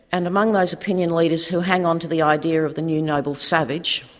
and among those opinion leaders who hang on to the idea of the new noble savage,